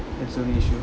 that's not an issue